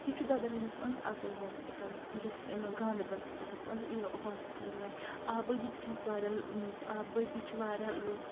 یہِ چھُ دۄدَرہٲمِس مَنٛز اَکوے ہوسپِٹَل گاندَربَل ڈِسٹرکَس مَنٛز یہِ ہوسپِٹَل آبٲدی تہِ چھَس واریاہ آبٲدی چھِ واریاہ لُکھ أندۍ پٔکۍ چھِ